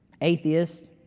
atheists